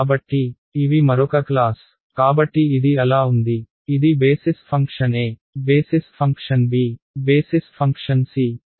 కాబట్టి ఇవి మరొక క్లాస్ కాబట్టి ఇది అలా ఉంది ఇది basis function a basis function b basis function c